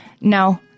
No